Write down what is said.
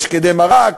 שקדי מרק,